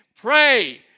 pray